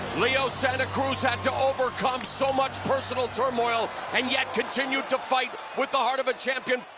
leo santa cruz had to overcome so much personal turmoil and yet continued to fight with the heart of a champion.